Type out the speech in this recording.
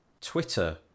Twitter